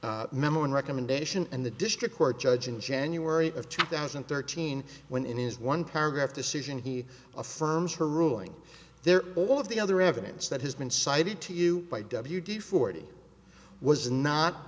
memo and recommendation in the district court judge in january of two thousand and thirteen when in his one paragraph decision he affirms her ruling there all of the other evidence that has been cited to you by w d forty was not